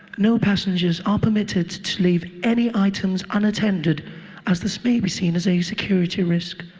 no passengers are permitted to leave any items unattended as this may be seen as a security risk.